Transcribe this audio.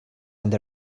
and